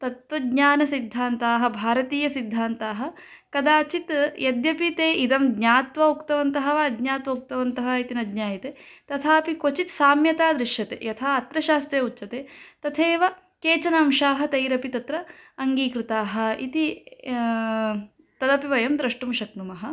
तत्त्वज्ञानसिद्धान्ताः भारतीयसिद्धान्ताः कदाचित् यद्यपि ते इदं ज्ञात्वा उक्तवन्तः वा अज्ञात्वा उक्तवन्तः इति न ज्ञायते तथापि क्वचित् साम्यता दृश्यते यथा अत्र शास्त्रे उच्यते तथैव केचन अंशाः तैरपि तत्र अङ्गीकृताः इति तदपि वयं द्रष्टुं शक्नुमः